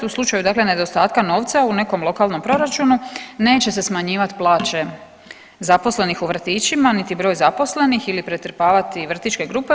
U slučaju dakle nedostatka novca u nekom lokalnom proračunu neće se smanjivati plaće zaposlenih u vrtićima, niti broj zaposlenih ili pretrpavati vrtićke grupe.